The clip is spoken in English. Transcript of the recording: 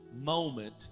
moment